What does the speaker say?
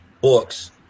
books